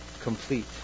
complete